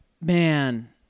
Man